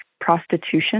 prostitution